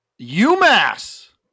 UMass